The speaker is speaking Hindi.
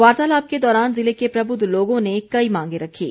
वार्तालाप के दौरान जिले के प्रबुद्ध लोगों ने कई मांगे रखीं